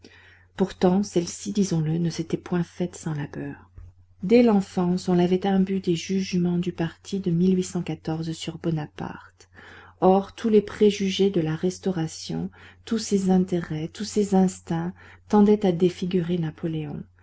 pourtant celle-ci disons-le ne s'était point faite sans labeur dès l'enfance on l'avait imbu des jugements du parti de sur bonaparte or tous les préjugés de la restauration tous ses intérêts tous ses instincts tendaient à défigurer napoléon